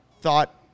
thought